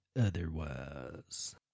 otherwise